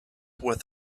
with